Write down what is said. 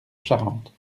charente